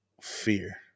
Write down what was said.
fear